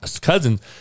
cousins